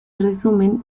resumen